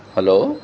hello